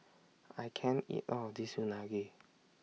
I can't eat All of This Unagi